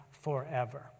forever